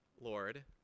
Lord